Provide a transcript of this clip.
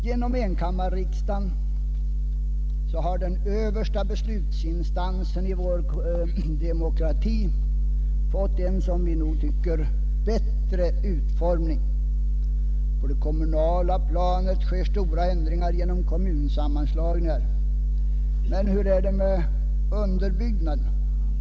Genom enkammarriksdagen har den översta beslutsinstansen i vår demokrati fått en, som vi nog tycker, bättre utformning. På det kommunala planet sker stora ändringar genom kommunsammanslagningar. Men hur är det med underbyggnaden?